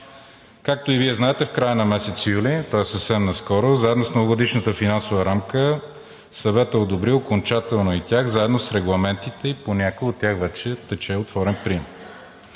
Както и Вие знаете, в края на месец юли, тоест съвсем наскоро, заедно с Многогодишната финансова рамка Съветът одобри окончателно и тях заедно с регламентите и по някои от тях вече тече отворен прием.